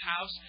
house